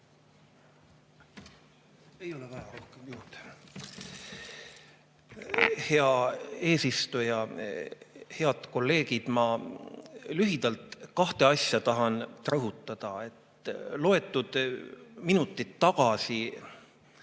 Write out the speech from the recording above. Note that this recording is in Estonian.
Hea eesistuja! Head kolleegid! Ma lühidalt kahte asja tahan rõhutada. Loetud minutid tagasi